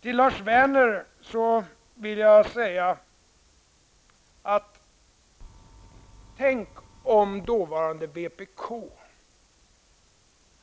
Till Lars Werner vill jag säga att tänk om dåvarande vpk